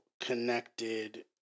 connected